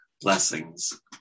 blessings